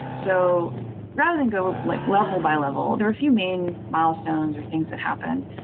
so rather than go like level-by-level, there are a few main milestones or things that happened.